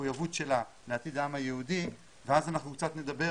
המחויבות שלה לעתיד העם היהודי ואז אנחנו קצת נדבר